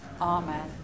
Amen